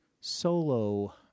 solo